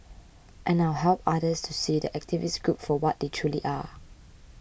I now help others to see the activist group for what they truly are